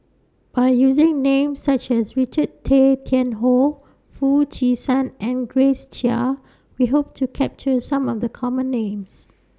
By using Names such as Richard Tay Tian Hoe Foo Chee San and Grace Chia We Hope to capture Some of The Common Names